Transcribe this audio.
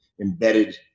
embedded